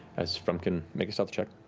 as frumpkin make a stealth check.